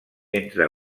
entre